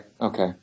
Okay